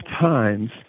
times